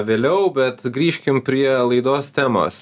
vėliau bet grįžkim prie laidos temos